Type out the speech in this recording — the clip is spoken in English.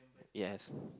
yes